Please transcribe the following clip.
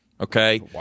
okay